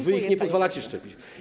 Wy ich nie pozwalacie szczepić.